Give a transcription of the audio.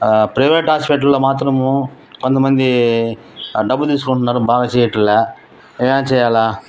private హాస్పిటల్లలో మాత్రము కొంతమంది డబ్బు తీసుకుంటున్నారు బాగా చేయట్లేదు ఏం చేయాలి